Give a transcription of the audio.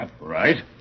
Right